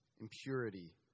impurity